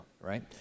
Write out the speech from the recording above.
right